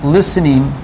Listening